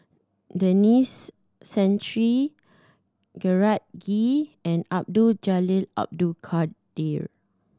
Denis Santry Gerard Ee and Abdul Jalil Abdul Kadir